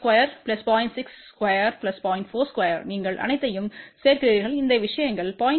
42நீங்கள் அனைத்தையும் சேர்க்கிறீர்கள் இந்த விஷயங்கள் 0